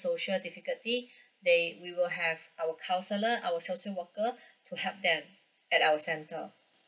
social difficulty they we will have our counsellor our social worker to help them at our center